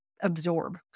absorb